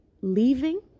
leaving